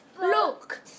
look